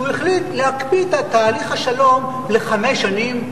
שהוא החליט להקפיא את תהליך השלום לחמש שנים?